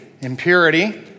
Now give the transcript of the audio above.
impurity